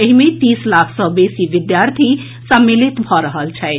एहि मे तीस लाख सँ बेसी विद्यार्थी सम्मिलित भऽ रहल छथि